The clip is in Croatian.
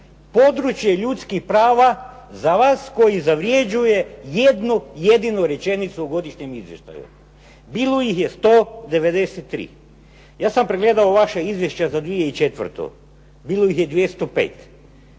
područje ljudskih prava za vas koji zavređuje jednu jedinu rečenicu u godišnjem izvještaju? Bilo ih je 193. Ja sam pregledao vaše izvješće za 2004., bilo ih je 205.